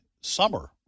summer